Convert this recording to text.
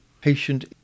patient